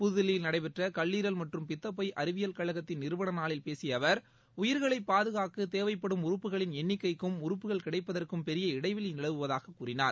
புதுதில்லியில் நடைபெற்ற கல்லீரல் மற்றும் பித்தப்பை அறிவியல் கழகத்தின் நிறுவன நாளில் பேசிய அவர் உயிர்களைப் பாதுகாக்க தேவைப்படும் உறுப்புகளின் எண்ணிக்கைக்கும் உறுப்புகள் கிடைப்பதற்கும் பெரிய இடைவெளி நிலவுவதாக கூறினார்